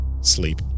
sleep